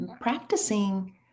practicing